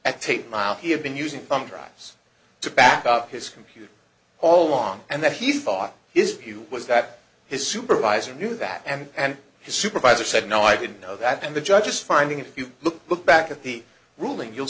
at tate mile he had been using some drives to back up his computer all along and that he thought is was that his supervisor knew that and his supervisor said no i didn't know that and the judge just finding if you look back at the ruling you'll